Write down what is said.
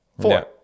four